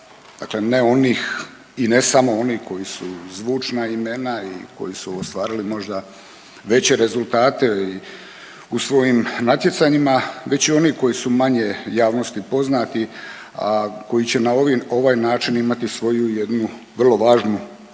dakle ne onih i ne samo onih koji su zvučna imena i koji su ostvarili možda veće rezultate u svojim natjecanjima, već i oni koji su manje javnosti poznati, a koji će na ovaj način imati svoju jednu vrlo važnu životnu